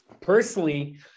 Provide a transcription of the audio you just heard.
Personally